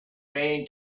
vain